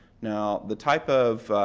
now the type of